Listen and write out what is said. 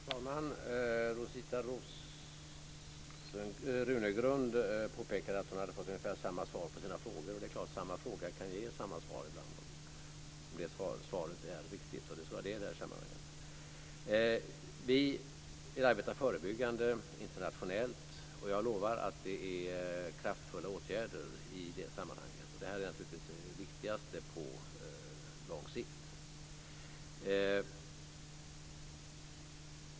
Fru talman! Rosita Runegrund påpekar att hon har fått ungefär samma svar på sina frågor. Det är klart att samma fråga kan ge samma svar ibland om svaret är riktigt, och det tror jag att det är i det här sammanhanget. Vi vill arbeta förebyggande internationellt. Jag lovar att det är kraftfulla åtgärder i det sammanhanget. Det här är naturligtvis det viktigaste på lång sikt.